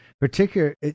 particular